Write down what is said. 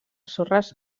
sorres